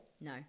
No